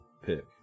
Pick